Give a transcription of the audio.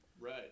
Right